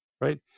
Right